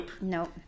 Nope